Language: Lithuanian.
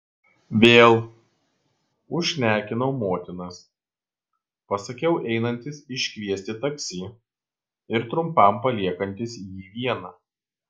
vėl užšnekinau motinas pasakiau einantis iškviesti taksi ir trumpam paliekantis jį vieną